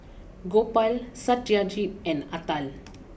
Gopal Satyajit and Atal